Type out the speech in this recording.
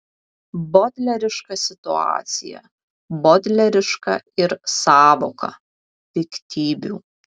bodleriška situacija bodleriška ir sąvoka piktybių